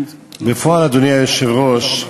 בפועל, אדוני היושב-ראש,